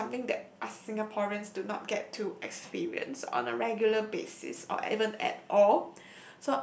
it's something that us Singaporeans do not get to experience on a regular basis or even at all